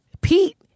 Pete